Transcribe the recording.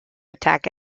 attack